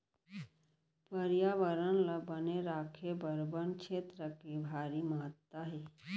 परयाबरन ल बने राखे बर बन छेत्र के भारी महत्ता हे